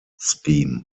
scheme